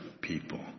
people